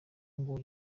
ngo